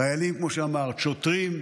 חיילים, כמו שאמרת, ושוטרים,